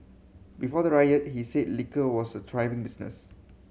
before the riot he said liquor was a thriving business